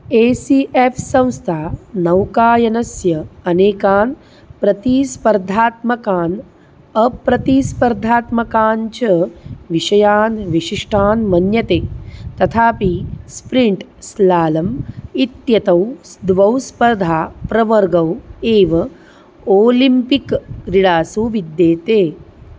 ए C F संस्था नौकायनस्य अनेकान् प्रतिस्पर्धात्मकान् अप्रतिस्पर्धात्मकान् च विषयान् विशिष्टान् मन्यते तथापि स्प्रिण्ट् स्लालम् इत्यतौ द्वौ स्पर्धा प्रवर्गौ एव ओलिम्पिक् क्रीडासु विद्येते